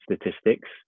statistics